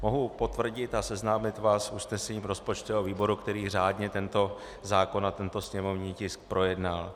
Mohu potvrdit a seznámit vás s usnesením rozpočtového výboru, který řádně tento zákon a tento sněmovní tisk projednal.